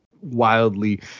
wildly